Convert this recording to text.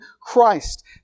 Christ